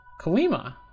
Kalima